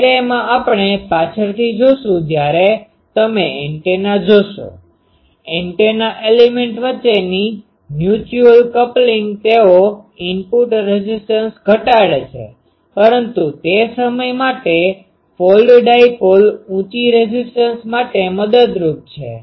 એરેમાં આપણે પાછળ થી જોશું જ્યારે તમે એન્ટેના જોશો એન્ટેના એલિમેન્ટ વચ્ચેની મ્યુચ્યુઅલmutualપરસ્પર કપ્લિંગ તેઓ ઇનપુટ રેઝીસ્ટન્સ ઘટાડે છે પરંતુ તે સમય માટે ફોલ્ડ ડાઈપોલ ઉંચી રેઝીસ્ટન્સ માટે મદદરૂપ છે